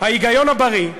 ההיגיון הבריא,